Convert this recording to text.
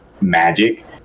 magic